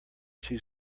two